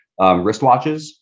wristwatches